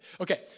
Okay